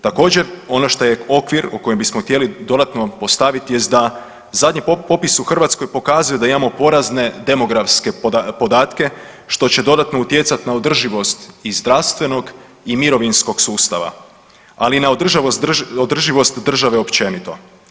Također ono što je okvir u kojem bismo htjeli dodatno postavit jest da zadnji popis u Hrvatskoj pokazuje da imamo porazne demografske podatke, što će dodatno utjecat na održivost i zdravstvenog i mirovinskog sustava, ali i na održivost države općenito.